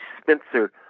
Spencer